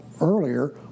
earlier